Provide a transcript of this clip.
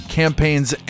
campaigns